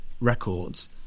records